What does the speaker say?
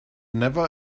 never